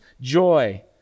joy